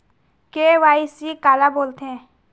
KYC काला बोलथें?